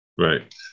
Right